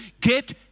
Get